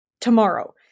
tomorrow